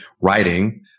writing